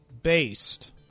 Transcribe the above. based